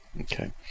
Okay